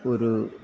ഒരു